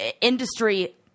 Industry